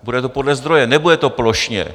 Bude to podle zdroje, nebude to plošně.